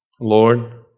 Lord